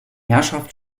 herrschaft